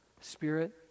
spirit